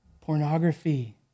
pornography